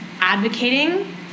advocating